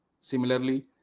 similarly